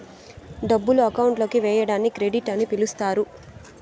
డబ్బులు అకౌంట్ లోకి వేయడాన్ని క్రెడిట్ అని పిలుత్తారు